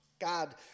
God